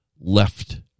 left